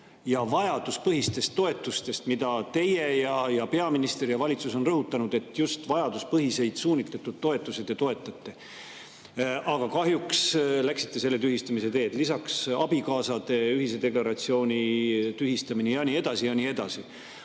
ja vajaduspõhistest toetustest. Teie olete ning peaminister ja valitsus on rõhutanud, et just vajaduspõhiseid suunitletud toetusi te toetate. Aga kahjuks läksite selle tühistamise teed, lisaks abikaasade ühise deklaratsiooni tühistamine ja nii edasi.